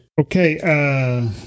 Okay